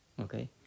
Okay